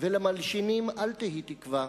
ולמלשינים אל תהי תקווה,